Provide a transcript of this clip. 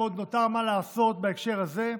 אם עוד נותר מה לעשות בהקשר הזה: